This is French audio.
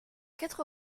quatre